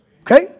Okay